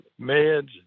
meds